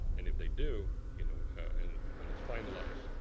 and, if they do, you know and and when it's finalized,